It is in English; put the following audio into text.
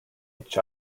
each